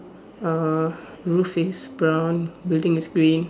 uh roof is brown building is green